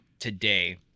today